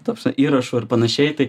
ta prasme įrašų ar panašiai tai